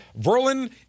verlin